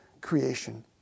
creation